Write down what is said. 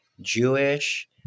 Jewish